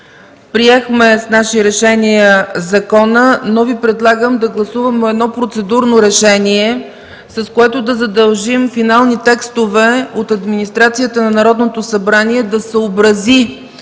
приехме с наши решения закона, но Ви предлагам да гласуваме едно процедурно решение, с което да задължим „Финални законови текстове” от администрацията на Народното събрание да съобрази